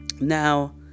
now